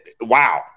wow